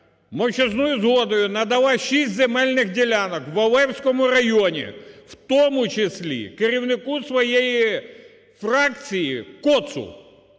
мовчазною згодою надала шість земельних ділянок в Олевському районі, в тому числі керівнику своєї фракції Коцу